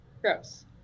Gross